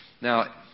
Now